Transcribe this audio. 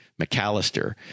McAllister